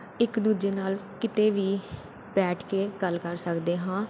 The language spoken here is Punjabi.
ਇੱਕ ਦੂਜੇ ਨਾਲ ਕਿਤੇ ਵੀ ਬੈਠ ਕੇ ਗੱਲ ਕਰ ਸਕਦੇ ਹਾਂ